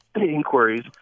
inquiries